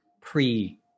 pre